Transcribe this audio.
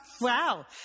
wow